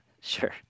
Sure